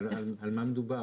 אבל על מה מדובר?